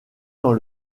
dans